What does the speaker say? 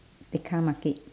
tekka market